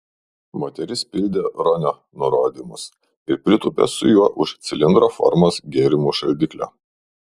moteris pildė ronio nurodymus ir pritūpė su juo už cilindro formos gėrimų šaldiklio